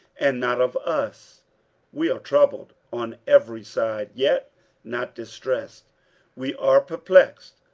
and not of us we are troubled on every side, yet not distressed we are perplexed,